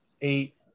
Eight